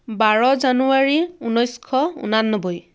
বাৰ জানুৱাৰী উনৈছশ ঊনানব্বৈ